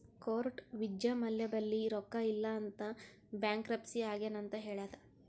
court Vijay Mallya ಬಲ್ಲಿ ರೊಕ್ಕಾ ಇಲ್ಲ ಅಂತ ಬ್ಯಾಂಕ್ರಪ್ಸಿ ಆಗ್ಯಾನ್ ಅಂತ್ ಹೇಳ್ಯಾದ್